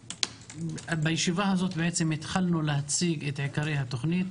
בישיבה הזאת התחלנו להציג את עיקרי התוכנית